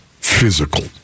physical